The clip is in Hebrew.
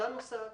אותה נוסעת,